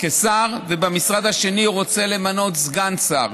כשר ובמשרד השני הוא רוצה למנות סגן שר,